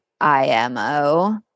I-M-O